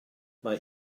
mae